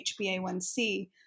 HbA1c